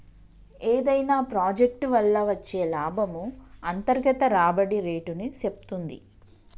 ఏదైనా ప్రాజెక్ట్ వల్ల వచ్చే లాభము అంతర్గత రాబడి రేటుని సేప్తుంది